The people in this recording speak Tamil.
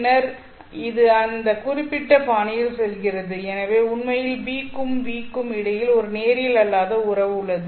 பின்னர் இது இந்த குறிப்பிட்ட பாணியில் செல்கிறது எனவே உண்மையில் b க்கும் V க்கும் இடையே ஒரு நேரியல் அல்லாத உறவு உள்ளது